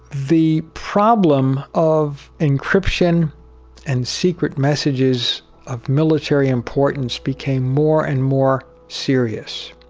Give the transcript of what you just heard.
the problem of encryption and secret messages of military importance became more and more serious